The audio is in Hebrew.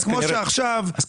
אז כנראה שכן.